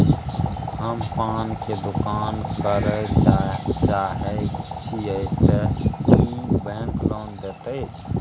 हम पान के दुकान करे चाहे छिये ते की बैंक लोन देतै?